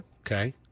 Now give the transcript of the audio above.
Okay